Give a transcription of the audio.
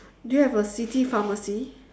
do you have a city pharmacy